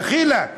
דחילק.